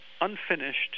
unfinished